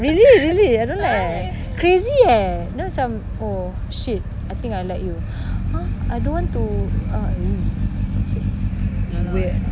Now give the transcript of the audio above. really really I don't like crazy eh you know some oh shit I think I like you !huh! I don't want to uh how to say weird